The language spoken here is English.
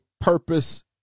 purpose